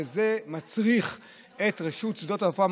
וזה מצריך את רשות שדות התעופה,